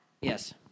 Yes